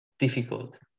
difficult